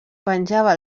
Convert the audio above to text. penjava